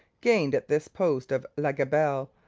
gained at this post of la gabelle,